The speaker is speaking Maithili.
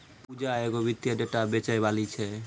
पूजा एगो वित्तीय डेटा बेचैबाली छै